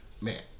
man